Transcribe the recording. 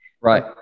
Right